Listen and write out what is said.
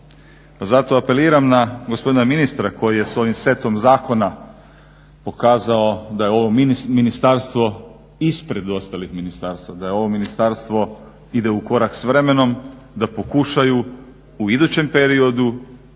Zato apeliram na gospodina ministra koji je svojim setom zakona pokazao da je ovo ministarstvo ispred ostalih ministarstva, da ovo ministarstvo ide u korak s vremenom, da pokušaju u idućem periodu